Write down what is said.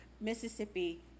Mississippi